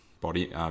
body